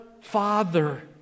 Father